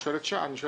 אני שואל את שאול.